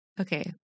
Okay